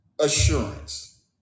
assurance